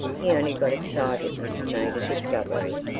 he only got excited when he made a discovery,